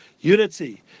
unity